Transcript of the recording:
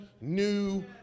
new